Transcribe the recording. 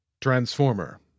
Transformer